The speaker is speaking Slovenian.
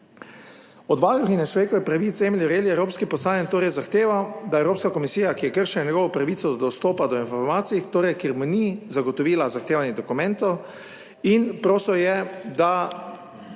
Od varuhinje človekovih pravic Emily O'Reilly, je evropski poslanec torej zahteval, da Evropska komisija, ki je kršila njegovo pravico do dostopa do informacij, torej, ker mu ni zagotovila zahtevanih dokumentov in prosil je, da